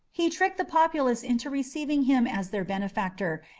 he tricked the populace into receiving him as their benefactor,